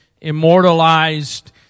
immortalized